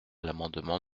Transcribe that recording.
l’amendement